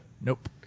Nope